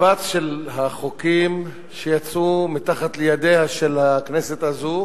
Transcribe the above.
המקבץ של החוקים שיצאו מתחת ידיה של הכנסת הזאת